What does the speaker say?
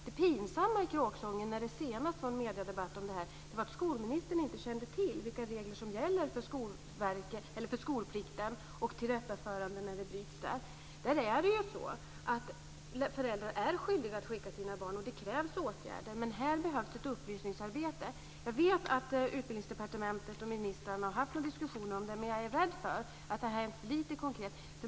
Det pinsamma i kråksången när det senast var en mediedebatt om detta var att skolministern inte kände till vilka regler som gäller för skolplikt och tillrättaförande när den bryts. Föräldrar är skyldiga att skicka sina barn till skolan och det krävs åtgärder. Men här behövs ett upplysningsarbete. Jag vet att Utbildningsdepartementet och ministrarna har haft en diskussion om detta, men jag är rädd för att det är för lite konkret.